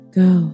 go